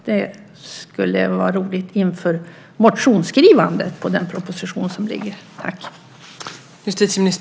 Det skulle vara roligt inför motionsskrivande med anledning av den proposition som ligger på bordet.